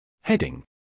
Heading